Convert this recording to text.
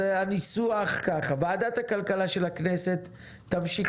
הניסוח כך: ועדת הכלכלה של הכנסת תמשיך